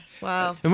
Wow